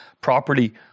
properly